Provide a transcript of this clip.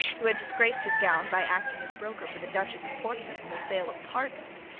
who had disgraced his gown by acting as broker for the duchess of portsmouth in the sale of pardons,